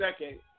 second